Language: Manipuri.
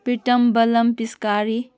ꯄ꯭ꯔꯤꯇꯝ ꯕꯂꯝ ꯄꯤꯁꯀꯥꯔꯤ